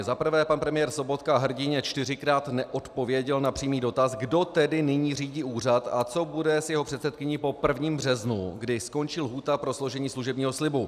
Za prvé, pan premiér Sobotka hrdinně čtyřikrát neodpověděl na přímý dotaz, kdo tedy nyní řídí úřad a co bude s jeho předsedkyní po 1. březnu, kdy skončí lhůta pro složení služebního slibu.